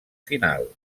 final